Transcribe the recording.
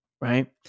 right